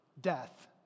death